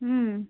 হুম